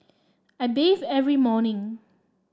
I bathe every morning